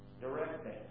directing